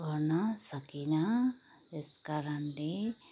पढ्न सकिनँ यस कारणले